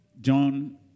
John